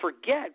forget